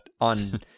on